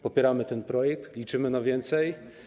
Popieramy ten projekt, liczymy na więcej.